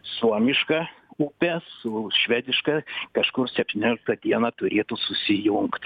suomiška upė su švediška kažkur septynioliktą dieną turėtų susijungt